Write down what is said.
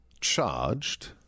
charged